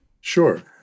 Sure